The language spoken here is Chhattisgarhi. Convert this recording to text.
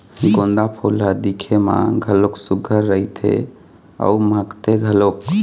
गोंदा फूल ह दिखे म घलोक सुग्घर रहिथे अउ महकथे घलोक